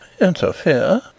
interfere